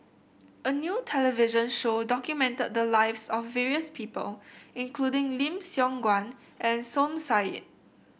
a new television show documented the lives of various people including Lim Siong Guan and Som Said